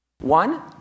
One